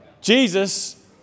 Jesus